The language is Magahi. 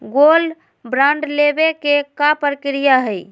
गोल्ड बॉन्ड लेवे के का प्रक्रिया हई?